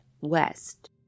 West